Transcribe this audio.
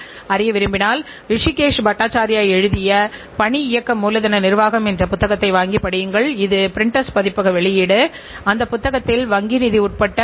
எந்தவொரு வணிக அமைப்பின் செயல்திறன் அல்லது மேம்பட்ட வணிக செயல்திறன் மேம்பட்ட நிதி முடிவுகளுக்கு வழிவகுக்கிறது மேலும் நிறுவனத்தின் ஒட்டுமொத்த நிதி செயல்திறனை மேம்படுத்தவும் பங்குதாரர்களுக்கு நிறுவனத்தின் மதிப்பை அதிகரிக்கவும் முடியும்